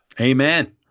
Amen